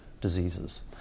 diseases